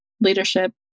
leadership